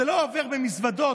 זה לא עובר במזוודות,